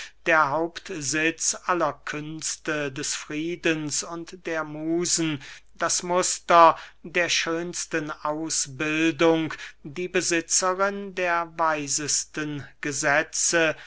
der hauptsitz aller künste des friedens und der musen das muster der schönsten ausbildung die besitzerin der weisesten gesetze